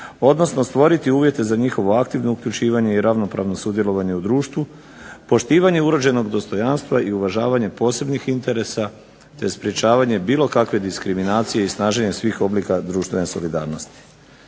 odnosno stvoriti uvjete za njihovu aktivno uključivanje i ravnopravno sudjelovanje u društvu, poštivanje urođenog dostojanstva i uvažavanje posebnih interesa, te sprečavanje bilo kakve diskriminacije i snaženje svih oblika društvene solidarnosti.